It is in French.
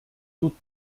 toute